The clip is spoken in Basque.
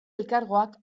elkargoak